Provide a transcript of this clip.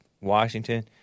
Washington